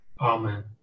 Amen